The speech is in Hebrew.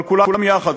אבל כולם יחד,